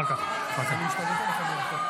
אם כל כך חשוב לך ייצוג נשים,